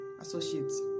associates